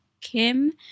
Kim